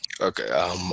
Okay